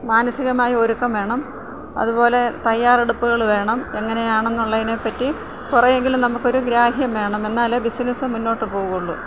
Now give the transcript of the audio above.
മാനസികമായി ഒരുക്കം വേണം അതു പോലെ തയ്യാറെടുപ്പുകൾ വേണം എങ്ങനെയാണെന്നുള്ള അതിനെപ്പറ്റി കുറേ എങ്കിലും നമുക്ക് ഒരു ഗ്രാഹ്യം വേണം എന്നാലേ ബിസിനസ് മുന്നോട്ടു പോവുകയുള്ളൂ